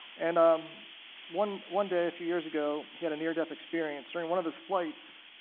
and um one one day a few years ago he had a near death experience. during one of his flights,